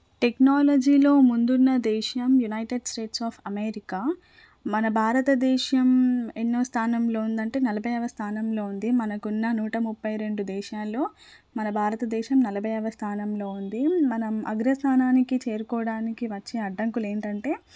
టెక్నాలజీలో ముందున్న దేశం యునైటెడ్ స్టేట్స్ ఆఫ్ అమెరికా మన భారత దేశం ఎన్నో స్థానంలో ఉందంటే నలభైవ స్థానంలో ఉంది మనకున్న నూట ముప్పై రెండు దేశాల్లో మన భారతదేశం నలభైవ స్థానంలో ఉంది మనం అగ్రస్థానానికి చేరుకోవడానికి వచ్చే అడ్డంకులేంటంటే